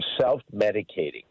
self-medicating